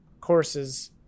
courses